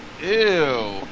Ew